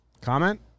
Comment